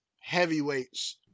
heavyweights